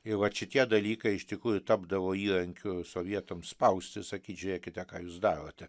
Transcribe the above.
ir vat šitie dalykai iš tikrųjų tapdavo įrankiu sovietams spaust ir sakyt žiūrėkite ką jūs darote